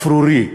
אפרורי,